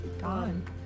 gone